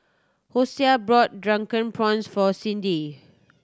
Hosea brought Drunken Prawns for Cindi